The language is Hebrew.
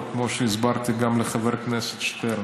וכמו שהסברתי גם לחבר הכנסת שטרן,